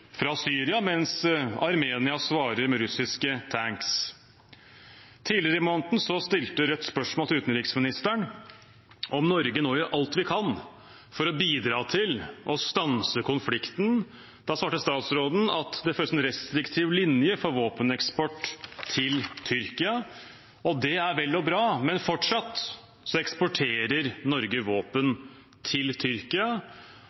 fra Syria, mens Armenia svarer med russiske tanks. Tidligere i måneden stilte jeg et spørsmål til utenriksministeren om Norge nå gjør alt vi kan for å bidra til å stanse konflikten. Da svarte utenriksministeren at det føres en restriktiv linje for våpeneksport til Tyrkia. Det er vel og bra, men fortsatt eksporterer Norge